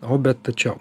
o bet tačiau